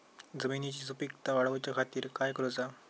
जमिनीची सुपीकता वाढवच्या खातीर काय करूचा?